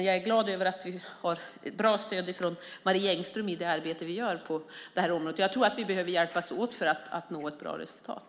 Jag är glad att vi har ett bra stöd från Marie Engström i det arbete vi gör på det här området. Jag tror att vi behöver hjälpas åt för att nå ett bra resultat.